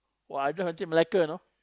!wah! I drive until Melaka you know